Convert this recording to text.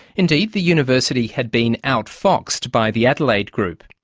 indeed, the university had been out-foxed by the adelaide group.